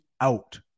out